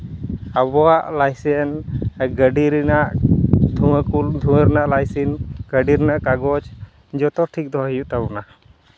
ᱟᱵᱚᱣᱟᱜ ᱞᱟᱭᱥᱮᱱᱥ ᱟᱨ ᱜᱟᱹᱰᱤ ᱨᱮᱱᱟᱜ ᱫᱷᱩᱣᱟᱹ ᱠᱚ ᱫᱷᱩᱣᱟᱹ ᱨᱮᱱᱟᱜ ᱞᱟᱭᱥᱮᱱᱥ ᱜᱟᱹᱰᱤ ᱨᱮᱱᱟᱜ ᱠᱟᱜᱚᱡᱽ ᱡᱚᱛᱚ ᱴᱷᱤᱠ ᱫᱚᱦᱚᱭ ᱦᱩᱭᱩᱜ ᱛᱟᱵᱚᱱᱟ